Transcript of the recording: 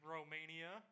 Romania